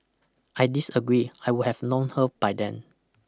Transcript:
I disagree I would have known her by then